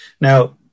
Now